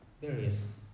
various